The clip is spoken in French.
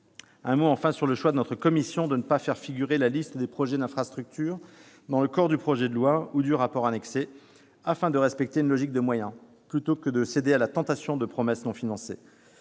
brièvement le choix de notre commission de ne pas faire figurer la liste des projets d'infrastructures dans le corps du projet de loi ou du rapport annexé, afin de respecter une logique de moyens, plutôt que de céder à la tentation de promesses non financées.